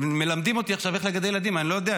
מלמדים אותי עכשיו איך לגדל ילדים, אני לא יודע.